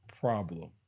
problem